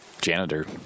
janitor